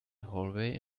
hallway